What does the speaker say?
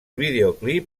videoclip